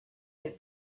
del